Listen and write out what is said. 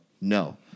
No